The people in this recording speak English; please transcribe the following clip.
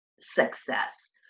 success